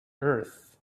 earth